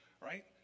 Right